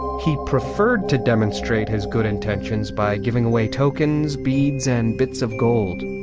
he preferred to demonstrate his good intentions by giving away tokens, beads and bits of gold